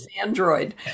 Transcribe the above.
Android